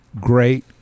great